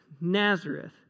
Nazareth